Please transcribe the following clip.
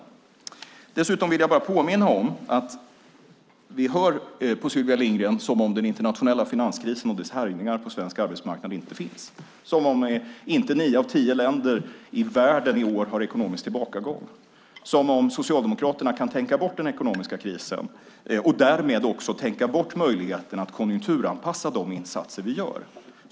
Det låter på Sylvia Lindgren som om den internationella finanskrisen och dess härjningar på svensk arbetsmarknad inte finns, som om inte nio länder av tio i världen har ekonomisk tillbakagång i år, som om Socialdemokraterna kan tänka bort den ekonomiska krisen och därmed också tänka bort möjligheten att konjunkturanpassa de insatser vi gör.